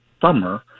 summer